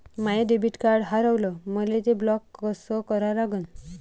माय debit card हारवलं, मले ते ब्लॉक कस करा लागन?